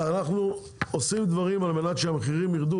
אנחנו עושים דברים על מנת שהמחירים יירדו.